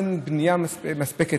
אין בנייה מספקת,